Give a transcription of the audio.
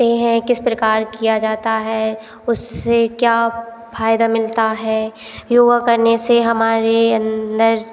हैं किस प्रकार किया जाता है उससे क्या फ़ायदा मिलता है योगा करने से हमारे अंदर